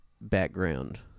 background